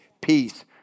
peace